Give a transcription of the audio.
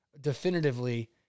definitively